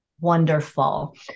Wonderful